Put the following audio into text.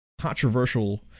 controversial